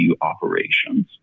operations